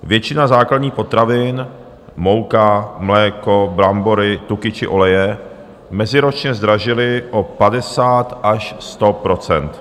Většina základních potravin, mouka, mléko, brambory, tuky či oleje, meziročně zdražily o 50 až 100 %.